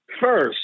first